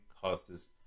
causes